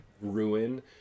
ruin